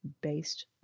based